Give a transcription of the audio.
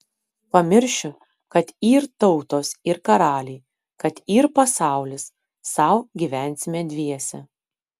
pamiršiu kad yr tautos ir karaliai kad yr pasaulis sau gyvensime dviese